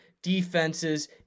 defenses